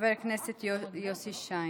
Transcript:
חבר הכנסת יוסי שיין.